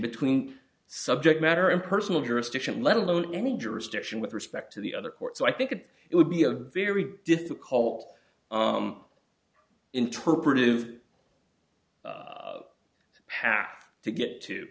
between subject matter and personal jurisdiction let alone any jurisdiction with respect to the other court so i think it would be a very difficult interpretive path to get to